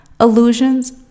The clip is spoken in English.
Illusions